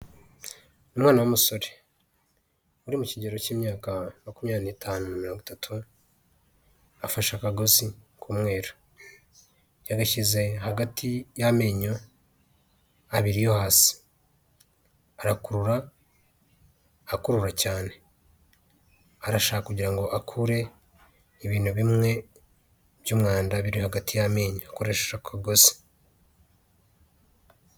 umwana w'umusore uri mu kigero cy'imyaka makumyabiri n'itanu na mirongo itatu afashe akagozi k'umweru yarashyize hagati y'amenyo abiri yo hasi arakurura, akurura cyane arashaka kugira ngo akure ibintu bimwe by'umwanda biri hagati y'amenyo akoresheje akagozi.